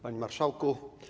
Panie Marszałku!